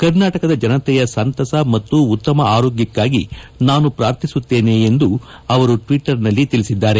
ಕರ್ನಾಟಕದ ಜನತೆಯ ಸಂತಸ ಮತ್ತು ಉತ್ತಮ ಆರೋಗ್ಯಕ್ಕಾಗಿ ನಾನು ಪ್ರಾರ್ಥಿಸುತ್ತೇನೆ ಎಂದು ಅವರು ಟ್ವೀಟ್ನಲ್ಲಿ ತಿಳಿಸಿದ್ದಾರೆ